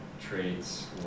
traits